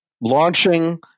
launching